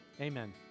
Amen